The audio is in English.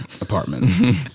apartment